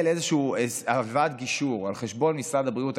לאיזושהי הלוואת גישור על חשבון משרד הבריאות,